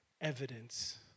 Evidence